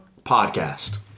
Podcast